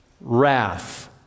wrath